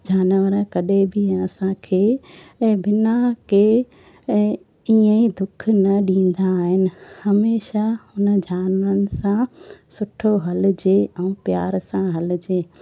जानवर कॾहिं बि असांखे ऐं बिना कंहिं ऐं ईअं ई दुखु न ॾींदा आहिनि हमेशह हुन जानवरनि सां सुठो हलिजे ऐं प्यार सां हलिजे